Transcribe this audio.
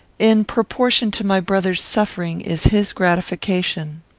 in proportion to my brother's suffering is his gratification.